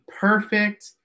perfect